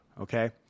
Okay